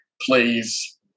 Please